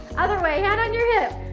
other way. hand on your hip.